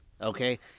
okay